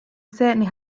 certainly